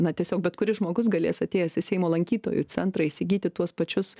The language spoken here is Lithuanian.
na tiesiog bet kuris žmogus galės atėjęs į seimo lankytojų centrą įsigyti tuos pačius